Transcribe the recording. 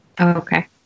Okay